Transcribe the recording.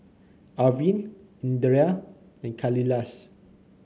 Arvind Indira and Kailash